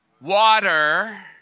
water